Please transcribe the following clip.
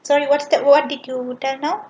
sorry what's that what did you tell now